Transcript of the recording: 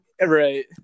Right